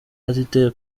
atitaye